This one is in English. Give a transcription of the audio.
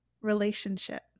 relationship